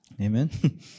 Amen